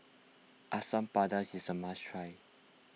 Asam Pedas is a must try